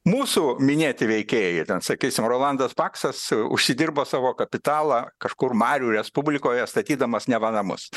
mūsų minėti veikėjai ten sakysim rolandas paksas užsidirbo savo kapitalą kažkur marių respublikoje statydamas neva namus